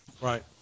right